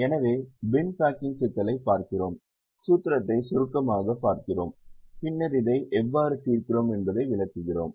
எனவே bin packing சிக்கலைப் பார்க்கிறோம் சூத்திரத்தை சுருக்கமாகப் பார்க்கிறோம் பின்னர் இதை எவ்வாறு தீர்க்கிறோம் என்பதை விளக்குகிறோம்